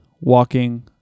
walking